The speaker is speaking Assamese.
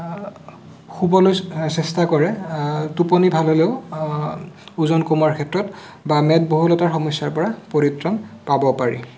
শুবলৈ চেষ্টা কৰে টোপনি ভাল হ'লেও ওজন কমোৱাৰ ক্ষেত্ৰত বা মেদবহুলতাৰ সমস্যাৰ পৰা পৰিত্ৰাণ পাব পাৰি